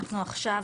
אנחנו עכשיו,